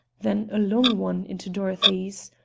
then a long one into dorothy's.